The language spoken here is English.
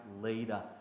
leader